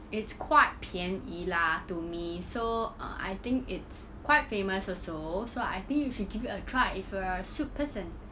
it's quite 便宜 lah to me so err I think it's quite famous also so I think you should give it a try if you are a soup person